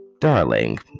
Darling